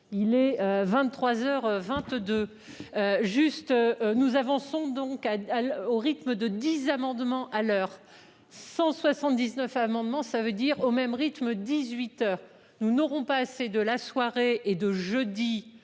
Il est 23h 22. Juste nous avançons donc à elle au rythme de 10 amendements à l'heure 179 amendements, ça veut dire au même rythme, 18h. Nous n'aurons pas assez de la soirée et de jeudi.